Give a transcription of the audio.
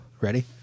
Ready